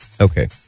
Okay